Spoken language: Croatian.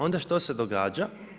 Onda što se događa?